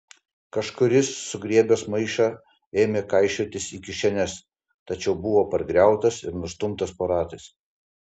kažkuris sugriebęs maišą ėmė kaišiotis į kišenes tačiau buvo pargriautas ir nustumtas po ratais